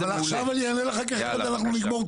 עכשיו אני אענה לך כי אחרת אנחנו נגמור את